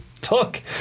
took